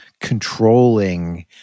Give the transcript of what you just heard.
controlling